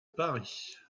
paris